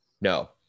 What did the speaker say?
No